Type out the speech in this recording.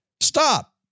Stop